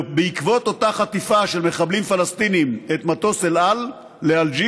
בעקבות אותה חטיפה של מחבלים פלסטינים את מטוס אל על לאלג'יר,